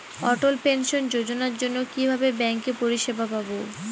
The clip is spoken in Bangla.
অটল পেনশন যোজনার জন্য কিভাবে ব্যাঙ্কে পরিষেবা পাবো?